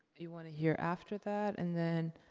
you wanna hear after that? and then,